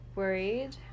worried